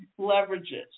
leverages